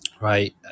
Right